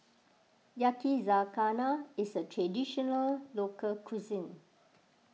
Yakizakana is a Traditional Local Cuisine